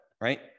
right